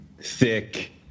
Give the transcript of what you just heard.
thick